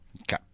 Okay